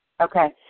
Okay